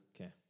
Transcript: Okay